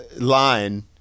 line